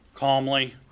calmly